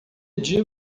dia